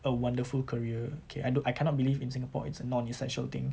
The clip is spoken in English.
a wonderful career okay I don~ I cannot believe in singapore it's a non essential thing